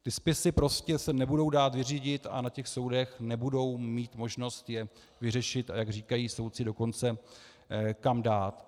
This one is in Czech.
Ty spisy se prostě nebudou dát vyřídit a na těch soudech nebudou mít možnost je vyřešit a jak říkají soudci, dokonce je kam dát.